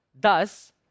Thus